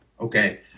Okay